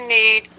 need